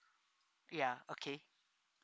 ya okay